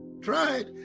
Tried